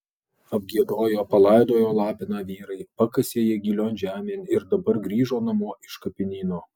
apgiedojo palaidojo lapiną vyrai pakasė jį gilion žemėn ir dabar grįžo namo iš kapinyno